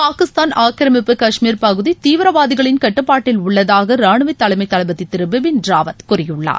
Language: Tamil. பாகிஸ்தான் ஆக்கிரமிப்பு காஷ்மீர் பகுதி தீவிரவாதிகளின் கட்டுப்பாட்டில் உள்ளதாக ரானுவ தலைமை தளபதி திரு பிபின் ராவத் கூறியுள்ளார்